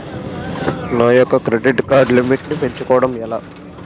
నేను నా యెక్క క్రెడిట్ కార్డ్ లిమిట్ నీ పెంచుకోవడం ఎలా?